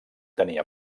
tenia